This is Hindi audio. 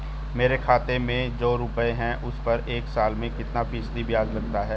मेरे खाते में जो रुपये हैं उस पर एक साल में कितना फ़ीसदी ब्याज लगता है?